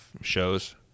shows